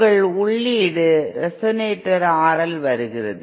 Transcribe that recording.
உங்கள் உள்ளீடு resonator RL வருகிறது